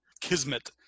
kismet